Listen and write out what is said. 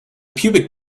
pubic